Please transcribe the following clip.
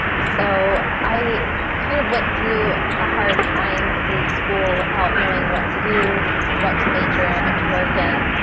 so i kind of went through a hard time through school without knowing what to do what to major it to work in.